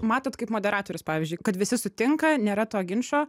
matot kaip moderatorius pavyzdžiui kad visi sutinka nėra to ginčo